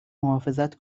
محافظت